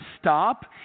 stop